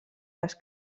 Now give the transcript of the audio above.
les